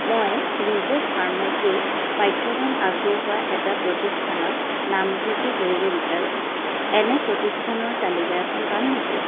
মই নিজে ফাৰ্মাচীৰ পাঠ্যক্ৰম আগবঢ়োৱা এটা প্ৰতিষ্ঠানত নামভৰ্তি কৰিব বিচাৰোঁ এনে প্ৰতিষ্ঠানৰ তালিকা এখন পাম নেকি